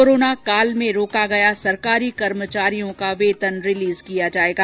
कोरानाकाल में रोका गया सरकारी कर्मचारियों का वेतन रिलीज किया जायेगा